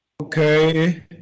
Okay